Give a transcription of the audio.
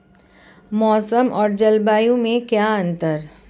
मौसम और जलवायु में क्या अंतर?